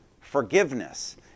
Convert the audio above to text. forgiveness